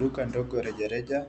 Duka ndogo ya rejareja